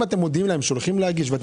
אם אתם מודיעים להם שהולכים להגיש ואתם